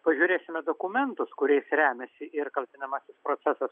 pažiūrėsime dokumentus kuriais remiasi ir kaltinamasis procesas